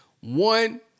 one